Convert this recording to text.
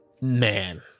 Man